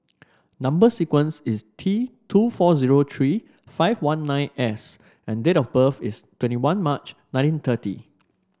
number sequence is T two four zero three five one nine S and date of birth is twenty one March nineteen thirty